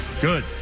Good